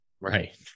Right